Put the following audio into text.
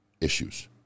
issues